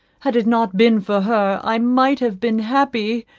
had it not been for her, i might have been happy